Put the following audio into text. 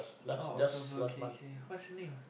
oh October K K what's the name